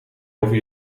over